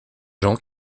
gens